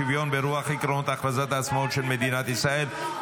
שוויון ברוח עקרונות הכרזת העצמאות של מדינת ישראל),